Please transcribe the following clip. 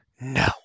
No